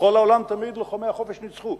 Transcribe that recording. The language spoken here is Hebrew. בכל העולם תמיד לוחמי החופש ניצחו.